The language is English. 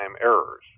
errors